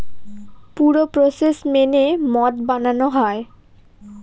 পুরো প্রসেস মেনে মদ বানানো হয়